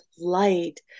light